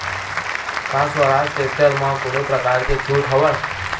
का स्वराज टेक्टर म कोनो प्रकार के छूट हवय?